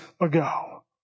ago